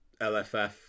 LFF